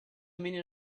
meaning